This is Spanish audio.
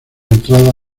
entrada